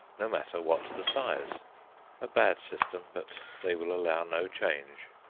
no matter what the size a bad system, but they will allow no change.